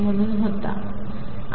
म्हणून होता